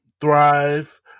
thrive